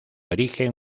origen